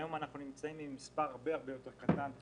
היום אנחנו נמצאים עם מספר הרבה יותר קטן,